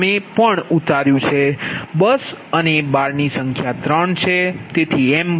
તમે પણ ઉતાર્યું છે બસ અને બારની સંખ્યા 3 છે